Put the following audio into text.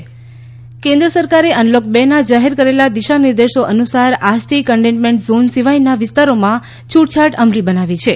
કેન્દ્ર દિશાનિર્દેશ કેન્દ્ર સરકારે અનલોક બે ના જાહેર કરેલા દિશા નિર્દેશો અનુસાર આજથી કન્ટેન્ટમેન્ટ ઝોન સિવાયના વિસ્તારોમાં છુટછાટ અમલી બનાવી છે